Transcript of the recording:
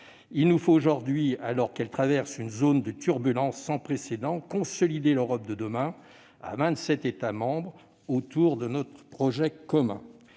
Il nous faut aujourd'hui, alors qu'elle traverse une zone de turbulences sans précédent, consolider l'Europe de demain à vingt-sept États membres autour de notre projet commun.